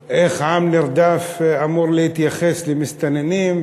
ועל איך עם נרדף אמור להתייחס למסתננים,